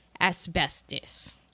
asbestos